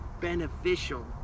beneficial